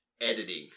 editing